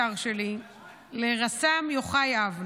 אני רוצה להקדיש את הנאום הקצר שלי לרס"מ יוחאי אבני,